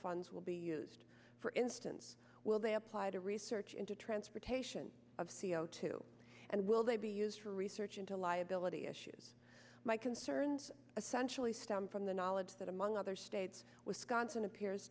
funds will be used for instance will they apply to research into transportation of c o two and will they be used for research into liability issues my concerns a centrally stem from the knowledge that among other states wisconsin appears